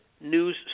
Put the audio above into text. news